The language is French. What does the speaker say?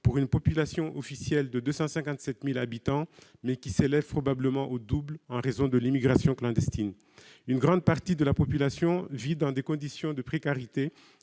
pour une population officielle de 257 000 habitants, mais qui s'élève probablement au double en raison de l'immigration clandestine. Une grande partie de la population vit dans des conditions de précarité